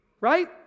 Right